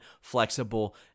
flexible